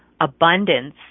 abundance